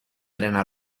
arena